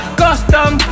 custom